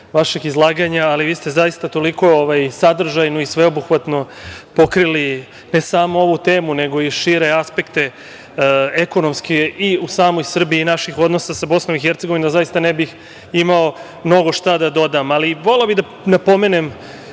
vašeg izlaganja, ali vi ste zaista toliko sadržajno i sveobuhvatno pokrili ne samo ovu temu nego i šire aspekte ekonomske i u samoj Srbiji i naših odnosa sa BiH, da zaista ne bih imao mnogo šta da dodam. Ali, voleo bih da napomenem